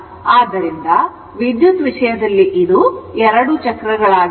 ಆದ್ದರಿಂದ ವಿದ್ಯುತ್ ವಿಷಯದಲ್ಲಿ ಇದು 2 ಚಕ್ರಗಳಾಗಿರುತ್ತದೆ